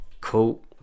cool